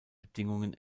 bedingungen